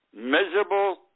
miserable